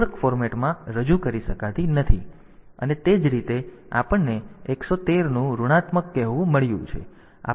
તેથી ત્યાં એક ઓવરફ્લો છે અને તે જ રીતે આપણને 113 નું ઋણાત્મક કહેવું મળ્યું છે